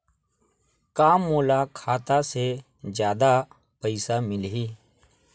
का मोला खाता से जादा पईसा मिलही?